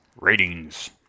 Ratings